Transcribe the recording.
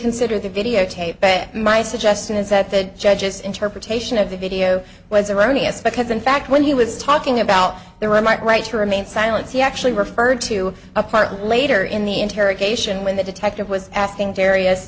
consider the videotape but my suggestion is that the judge's interpretation of the video was erroneous because in fact when he was talking about they were might right to remain silent he actually referred to a part later in the interrogation when the detective was asking various